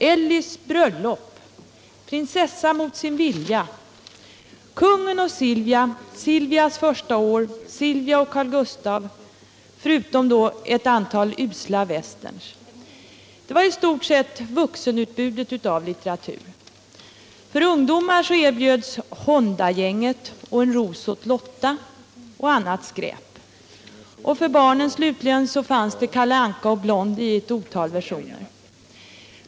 Ellys bröllop. Prinsessa mot sin vilja. Kungen och Silvia. Silvias första år. Silvia och Carl-Gustaf. Förutom ett antal usla westerns var det i stort sett vuxenutbudet av litteratur. För ungdomar erbjöds Hondagänget, En ros åt Lotta och annat skräp och för barnen slutligen fanns det Kalle Anka och Blondie i ett otal versioner.